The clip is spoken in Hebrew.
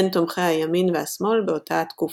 בין תומכי הימין והשמאל באותה התקופה.